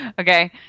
Okay